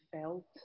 felt